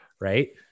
Right